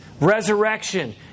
resurrection